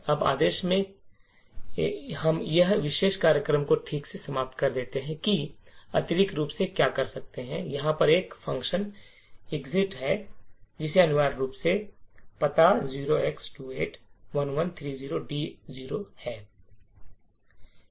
अब आदेश में कि हम इस विशेष कार्यक्रम को ठीक से समाप्त कर दें कि हम अतिरिक्त रूप से क्या कर सकते हैं यहाँ पर एक फंक्शन एक्जिट है जिसे अनिवार्य रूप से पता 0x281130d0 है